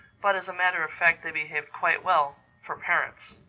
but as a matter of fact they behaved quite well for parents.